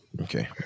Okay